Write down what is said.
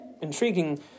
intriguing